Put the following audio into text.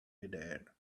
midair